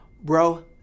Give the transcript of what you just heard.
bro